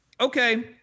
okay